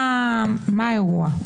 מה האירוע.